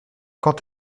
quand